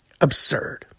Absurd